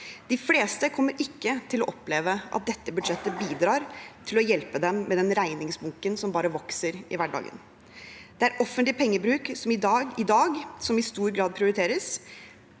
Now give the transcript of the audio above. De fleste kommer ikke til å oppleve at dette budsjettet bidrar til å hjelpe dem med den regningsbunken som bare vokser i hverdagen. Det er offentlig pengebruk i dag som i stor grad prioriteres,